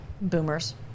Boomers